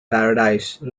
paradise